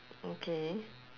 okay